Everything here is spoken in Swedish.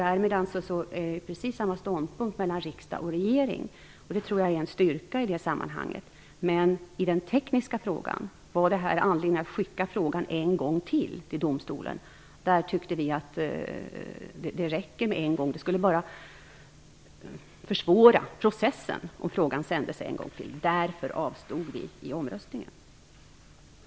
Därmed är ståndpunkten precis densamma för riksdag och regering. Jag tror att det är en styrka i det sammanhanget. Men när det gäller den rent tekniska frågan om man skulle skicka frågan ytterligare en gång till domstolen, tyckte vi att det räckte med en gång. Det skulle bara försvåra processen om frågan togs upp en gång till. Därför avstod vi i omröstningen.